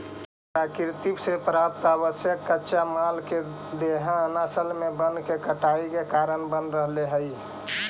प्रकृति से प्राप्त आवश्यक कच्चा माल के दोहन असल में वन के कटाई के कारण बन रहले हई